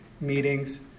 meetings